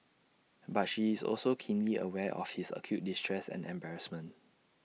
but she is also keenly aware of his acute distress and embarrassment